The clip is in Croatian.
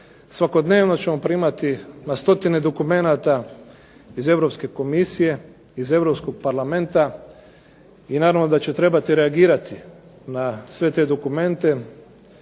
Svakodnevno ćemo primati na stotine dokumenata iz Europske komisije, iz Europskog parlamenta i naravno da će trebati reagirati na sve te dokumente.